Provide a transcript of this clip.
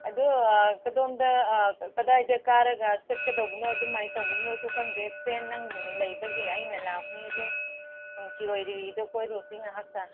ꯑꯗꯣ ꯀꯗꯣꯝꯗ ꯀꯗꯥꯏꯗ ꯀꯥꯔꯒ ꯆꯠꯀꯗꯧꯕꯅꯣ ꯑꯗꯨꯃꯥꯏ ꯇꯧꯕꯅꯣꯁꯨ ꯈꯪꯗꯦ ꯐ꯭ꯔꯦꯟ ꯅꯪ ꯂꯩꯕꯒꯤ ꯑꯩꯅ ꯂꯥꯛꯄꯅꯦ ꯑꯗꯣ ꯎꯝ ꯁꯤꯔꯣꯏ ꯂꯤꯂꯤꯗꯨ ꯀꯣꯏꯔꯨꯁꯤ ꯉꯥꯏꯍꯥꯛꯇ